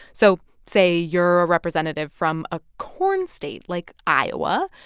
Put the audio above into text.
so say you're a representative from a corn state like iowa.